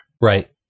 Right